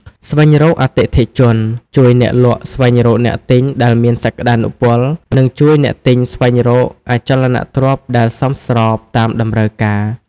ស្វែងរកអតិថិជន ជួយអ្នកលក់ស្វែងរកអ្នកទិញដែលមានសក្តានុពល និងជួយអ្នកទិញស្វែងរកអចលនទ្រព្យដែលសមស្របតាមតម្រូវការ។